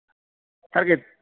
सारकेंच